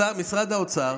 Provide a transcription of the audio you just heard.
במשרד האוצר